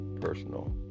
personal